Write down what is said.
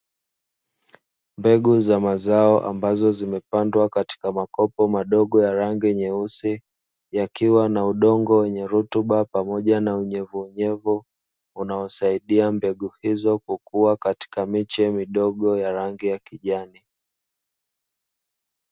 Mbegu za mazao ambazo zimepandwa katika makopo madogo ya rangi nyeusi yakiwa na udongo wenye rutuba, pamoja na unyevuunyevu unaosaidia mbegu hizo kukua katika miche midogo ya rangi ya kijani.